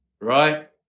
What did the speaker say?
right